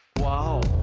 wow,